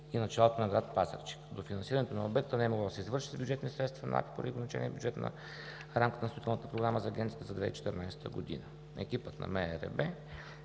и началото на гр. Пазарджик. Дофинансирането на обекта не е могло да се извърши с бюджетни средства на АПИ поради ограничения бюджет на рамката на Строителната програма за агенцията за 2014 г. Екипът на МРРБ